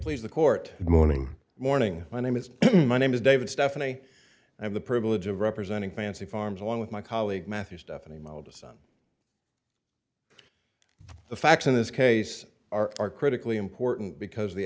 please the court morning morning my name is my name is david stephanie and the privilege of representing fancy farms along with my colleague matthew stefani modus on the facts in this case are critically important because the